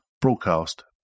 Broadcast